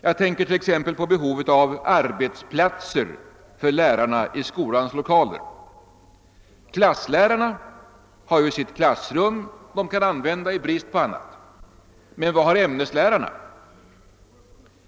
Jag tänker t.ex. på behovet av arbetsplatser för lärarna i skolans lokaler. Klasslärarna har ju sitt klassrum som de kan använda i brist på annat, men vilka möjligheter har ämneslärarna?